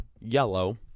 yellow